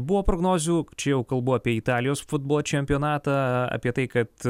buvo prognozių čia jau kalbu apie italijos futbolo čempionatą apie tai kad